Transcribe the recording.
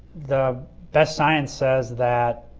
the best science says that